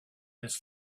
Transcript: his